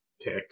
pick